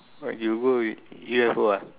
what you go with U_F_O ah